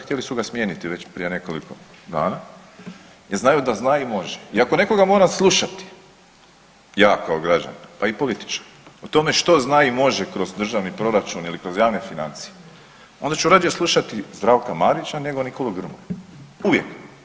Htjeli su ga smijeniti već prije nekoliko dana, jer znaju da zna i može i ako nekoga moram slušati ja kao građanin i političar o tome što zna i može kroz državni proračun ili kroz javne financije onda ću rađe slušati Zdravka Marića nego Nikolu Grmoju uvijek.